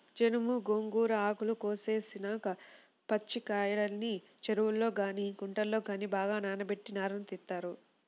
జనుము, గోంగూర ఆకులు కోసేసినాక పచ్చికాడల్ని చెరువుల్లో గానీ కుంటల్లో గానీ బాగా నానబెట్టి నారను తీత్తారు